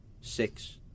Six